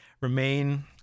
remain